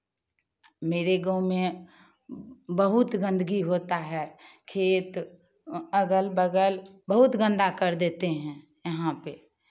मेरे गाँव में बहुत गंदगी होता है खेत अगल बगल बहुत गंदा कर देते हैं यहाँ पे